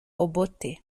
obote